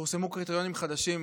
פורסמו קריטריונים חדשים,